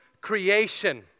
creation